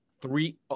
three